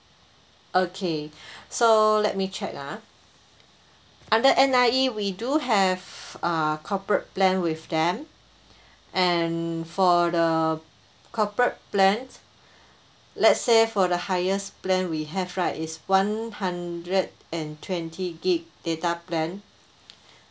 okay so let me check ah under N_I_E we do have uh corporate plan with them and for the corporate plan let's say for the highest plan we have right is one hundred and twenty gig data plan